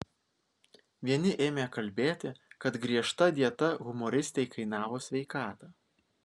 vieni ėmė kalbėti kad griežta dieta humoristei kainavo sveikatą